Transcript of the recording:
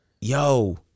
yo